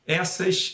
essas